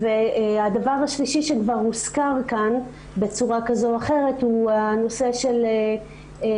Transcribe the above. הדבר השלישי שכבר הוזכר כאן בצורה כזו או אחרת הוא הנושא של נשק,